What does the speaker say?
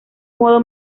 modo